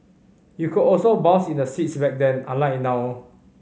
you could also bounce in the seats back then unlike now